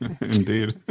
Indeed